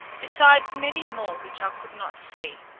besides many more which i could not see.